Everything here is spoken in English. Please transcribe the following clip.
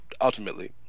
ultimately